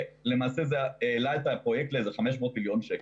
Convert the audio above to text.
למעשה זה העלה את הפרויקט ל-500 מיליון שקלים.